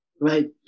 right